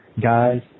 guys